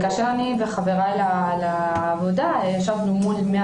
כאשר אני וחבריי לעבודה ישבנו מול 100